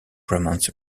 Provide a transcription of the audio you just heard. romance